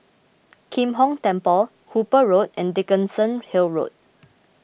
Kim Hong Temple Hooper Road and Dickenson Hill Road